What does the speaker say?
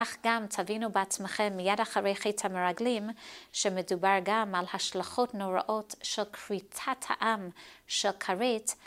אך גם תבינו בעצמכם מיד אחרי חטא המרגלים, שמדובר גם על השלכות נוראות של כריתת העם, של כרת.